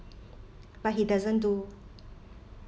but he doesn't do